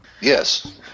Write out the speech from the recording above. Yes